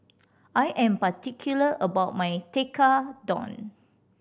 I am particular about my Tekkadon